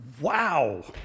Wow